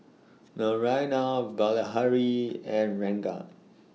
Naraina Bilahari and Ranga